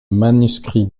manuscrit